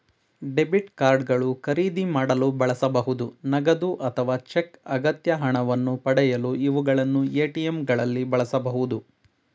debit card ಗಳು ಖರೀದಿ ಮಾಡಲು ಬಳಸಬಹುದು ನಗದು ಅಥವಾ ಚೆಕ್ ಅಗತ್ಯ ಹಣವನ್ನು ಪಡೆಯಲು ಇವುಗಳನ್ನು ಎ.ಟಿ.ಎಂ ಗಳಲ್ಲಿ ಬಳಸಬಹುದು